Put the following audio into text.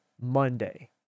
Monday